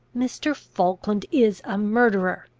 mr. falkland is a murderer!